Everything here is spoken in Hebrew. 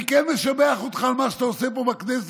אני כן משבח אותך על מה שאתה עושה פה בכנסת,